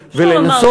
ולנסות,